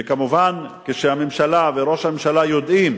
וכמובן, כשהממשלה וראש הממשלה יודעים